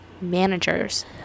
managers